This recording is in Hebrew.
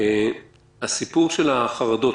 הסיפור של החרדות,